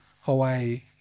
Hawaii